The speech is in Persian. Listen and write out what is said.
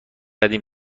قدیم